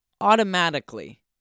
automatically